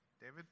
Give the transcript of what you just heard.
David